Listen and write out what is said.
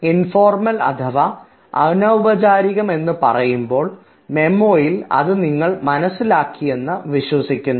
informal അഥവാ അനൌപചാരികം എന്ന് പറയുമ്പോൾ മെമ്മോയിൽ നിങ്ങൾ അത് മനസ്സിലാക്കി എന്ന് വിശ്വസിക്കുന്നു